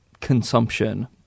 consumption